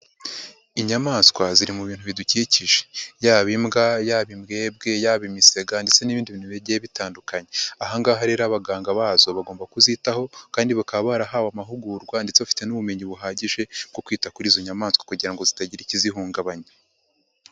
Inyamaswa ziri mu bintu bidukikije yaba imbwa, yaba imbwebwe, yaba imisega ndetse n'ibindi bintu bigiye bitandukanye, aha ngaha hari rero abaganga bazo bagomba kuzitaho kandi bakaba barahawe amahugurwa ndetse bafite n'ubumenyi buhagije bwo kwita kuri izo nyamaswa kugira ngo zitagira ikizihungabanya.